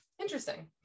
interesting